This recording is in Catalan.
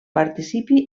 participi